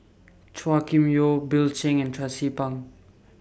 Chua Kim Yeow Bill Chen and Tracie Pang